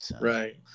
Right